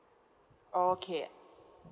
okay